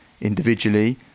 individually